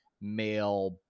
male